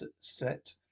set